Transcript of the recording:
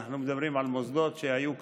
אנחנו מדברים על מוסדות שהיו קיימים.